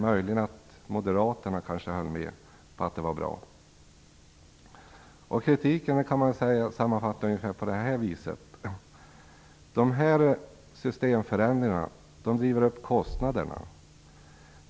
Möjligen höll moderaterna med om att det var bra. Kritiken kan man sammanfatta ungefär på det här viset: De här systemförändringarna driver upp kostnaderna.